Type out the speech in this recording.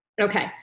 Okay